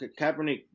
Kaepernick